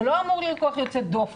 זה לא אמור להיות כל כך יוצא דופן,